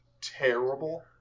terrible